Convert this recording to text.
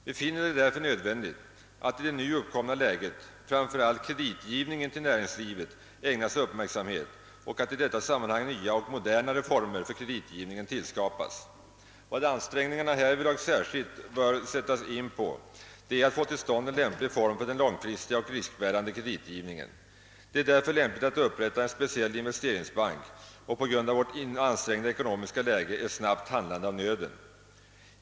Vi finner det därför nödvändigt att, i det nu uppkomna läget, framför allt kreditgivningen till näringslivet ägnas uppmärksamhet och att i detta sammanhang nya och modernare former för kreditgivningen tillskapas. Vad ansträngningarna härvidlag särskilt bör sättas in på är att få till stånd en lämplig form för den långfristiga och riskbärande kreditgivningen. Det är därför lämpligt att upprätta en speciell investeringsbank, och på grund av vårt ansträngda ekonomiska läge är snabbt handlande av nöden.